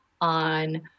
on